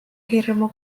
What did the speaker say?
hirmu